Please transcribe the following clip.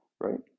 right